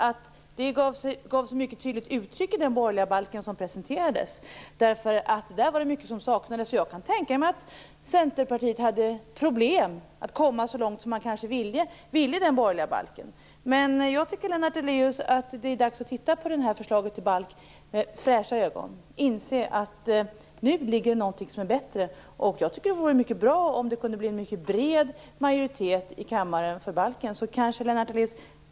Det gavs mycket tydligt uttryck för detta i den borgerliga balken som presenterades. Det var nämligen mycket som saknades i den. Jag kan tänka mig att man i Centerpartiet hade problem att komma så långt som man kanske ville i den borgerliga balken. Jag tycker att det är dags att titta på det här förslaget till balk med fräscha ögon, Lennart Daléus. Man måste inse att det nu föreligger något som är bättre. Jag tycker att det vore mycket bra om vi kunde få en bred majoritet i kammaren för balken.